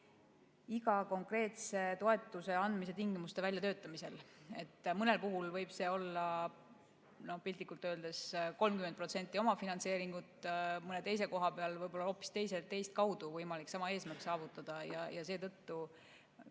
iga konkreetse toetuse andmise tingimuste väljatöötamisel. Mõnel puhul võib see olla piltlikult öeldes 30% omafinantseeringut, mõnel teisel puhul on võib‑olla hoopis teist kaudu võimalik sama eesmärk saavutada. Seetõttu